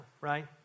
right